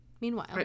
Meanwhile